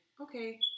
okay